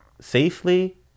safely